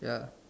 ya